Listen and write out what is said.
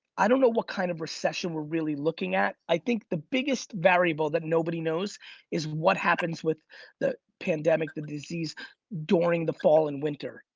i don't know what kind of recession we're really looking at. i think the biggest variable that nobody knows is what happens with the pandemic, the disease during the fall and winter.